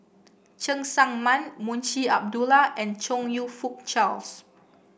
Cheng Tsang Man Munshi Abdullah and Chong You Fook Charles